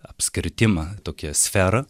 apskritimą tokią sferą